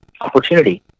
opportunity